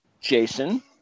Jason